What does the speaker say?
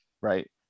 right